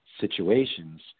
situations